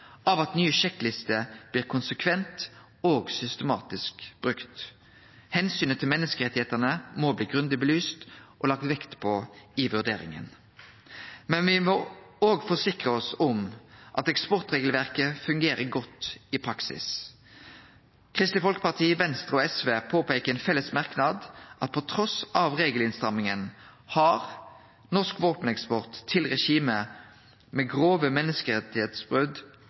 av at ei ny sjekkliste blir konsekvent og systematisk brukt. Omsynet til menneskerettane må bli grundig belyst og lagt vekt på i vurderinga. Me må òg forsikre oss om at eksportregelverket fungerer godt i praksis. Kristeleg Folkeparti, Venstre og SV påpeikar i ein felles merknad at trass i regelinnstramminga har norsk våpeneksport til regime med grove